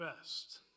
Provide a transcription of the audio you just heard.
best